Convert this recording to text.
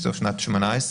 בסוף שנת 2018,